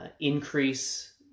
increase